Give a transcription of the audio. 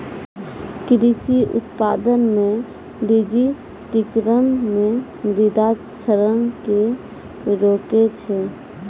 कृषि उत्पादन मे डिजिटिकरण मे मृदा क्षरण के रोकै छै